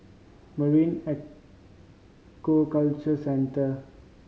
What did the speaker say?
Marine Aquaculture Centre